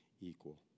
equal